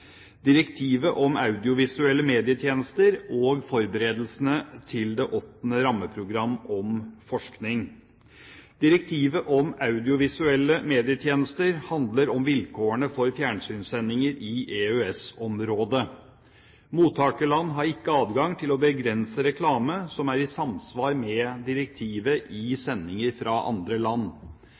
direktivet om audiovisuelle medietjenester og forberedelsene til det 8. rammeprogram for forskning. Direktivet om audiovisuelle medietjenester handler om vilkårene for fjernsynssendinger i EØS-området. Mottagerland har ikke adgang til å begrense reklame som er i samsvar med direktivet i sendinger fra andre land.